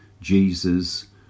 Jesus